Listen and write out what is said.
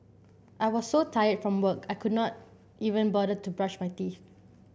I was so tired from work I could not even bother to brush my teeth